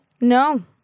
No